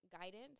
guidance